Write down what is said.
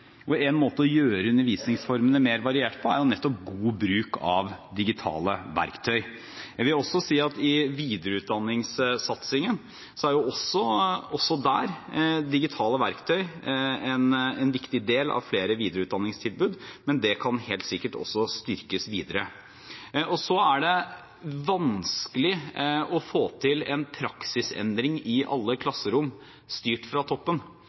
En måte å gjøre undervisningsformene mer varierte på, er nettopp god bruk av digitale verktøy. Jeg vil også si at i videreutdanningssatsingen er også digitale verktøy en viktig del av flere videreutdanningstilbud, men det kan helt sikkert også styrkes videre. Det er vanskelig å få til en praksisendring i alle klasserom, styrt fra toppen.